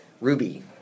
Ruby